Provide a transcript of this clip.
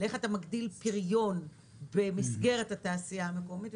איך אתה מגדיל פריון במסגרת התעשייה המקומיות,